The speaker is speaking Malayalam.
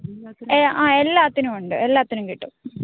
ആ എല്ലാത്തിനും ഉണ്ട് എല്ലാത്തിനും കിട്ടും